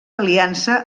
aliança